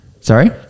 Sorry